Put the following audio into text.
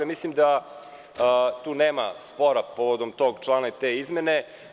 Mislim da tu nema spora povodom tog člana i te izmene.